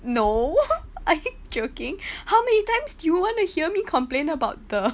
no I'm joking how many times do you want to hear me complain about the